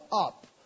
up